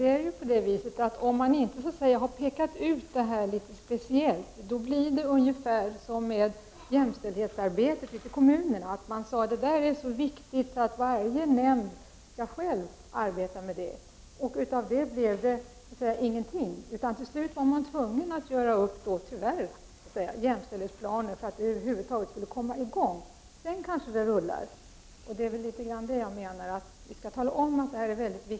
Herr talman! Om man inte har framhållit de etiska frågorna särskilt blir det tyvärr på samma sätt med dem som med jämställdhetsarbetet ute i kommunerna. Man sade förut att jämställdhetsarbetet var så viktigt att varje nämnd själv skulle arbeta med den frågan. Av det arbetet blev det ingenting. Till slut var man tyvärr tvungen att göra upp jämställdhetsplaner för att arbetet över huvud taget skulle komma i gång. Det är ju ungefär det jag menar: vi skall tala om att dessa frågor är viktiga.